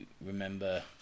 remember